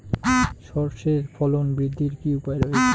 সর্ষের ফলন বৃদ্ধির কি উপায় রয়েছে?